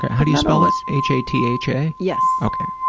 how do you spell it? h a t h a? yes ok.